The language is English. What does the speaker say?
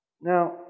Now